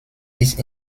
ist